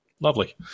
Lovely